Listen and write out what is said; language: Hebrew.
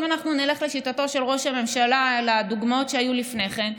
אם אנחנו נלך לשיטתו של ראש הממשלה בדוגמאות שהיו לפני כן,